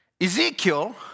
Ezekiel